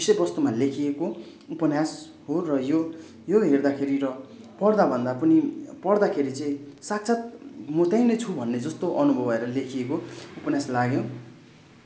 विषय वस्तुमा लेखिएको उपन्यास हो र यो यो हेर्दाखेरि र पढ्दा भन्दा पनि पढ्दाखेरि चाहिँ साक्षात् म त्यहीँ नै छु भन्ने जस्तो अनुभव भएर लेखिएको उपन्यास लाग्यो